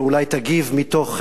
ואולי תגיב מתוך,